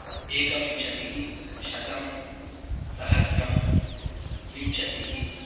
एकविंशतिः शतम् सहस्रम् विंशतिः